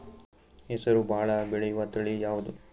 ಹೆಸರು ಭಾಳ ಬೆಳೆಯುವತಳಿ ಯಾವದು?